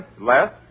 less